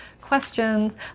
questions